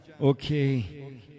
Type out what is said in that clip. Okay